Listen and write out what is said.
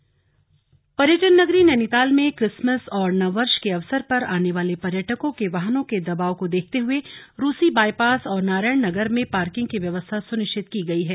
Nainital parking पर्यटन नगरी नैनीताल में क्रिसमस और नववर्ष के अवसर पर आने वाले पर्यटकों के वाहनों के दबाव को देखते हुए रूसी बाईपास और नारायण नगर में पार्किंग की व्यवस्था सुनिश्चित की गयी है